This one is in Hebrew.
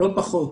לא פחות,